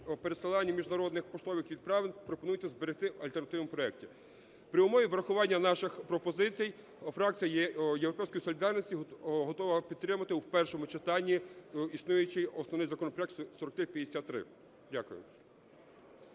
пересилання міжнародних поштових відправлень пропонується зберегти в альтернативному проекті. При умові врахування наших пропозицій фракція "Європейської солідарності" готова підтримати у першому читанні існуючий основний законопроект 4353. Дякую.